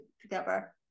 together